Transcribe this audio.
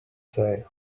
say